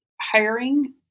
hiring